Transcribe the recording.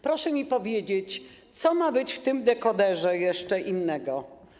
Proszę mi powiedzieć: Co ma być w tym dekoderze jeszcze innego?